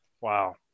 Wow